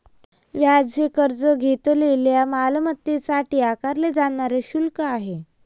व्याज हे कर्ज घेतलेल्या मालमत्तेसाठी आकारले जाणारे शुल्क आहे